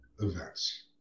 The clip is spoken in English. events